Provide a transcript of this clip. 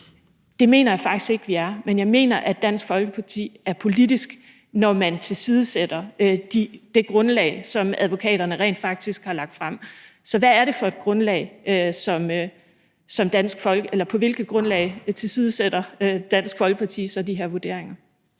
Det mener jeg faktisk ikke vi er, men jeg mener, at Dansk Folkeparti er politiske, når man tilsidesætter det grundlag, som advokaterne rent faktisk har lagt frem. Så på hvilket grundlag er det, at Dansk Folkeparti tilsidesætter de her vurderinger?